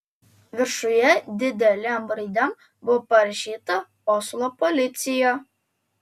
viršuje didelėm raidėm buvo parašyta oslo policija